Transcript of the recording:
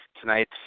tonight